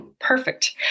perfect